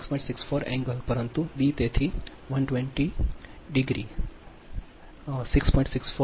64 ° પરંતુ B તેથી 120 ° 6